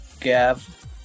Gav